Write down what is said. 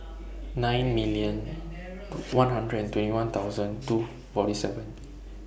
nine million to one hundred and twenty one thousand two forty seven